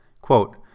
Quote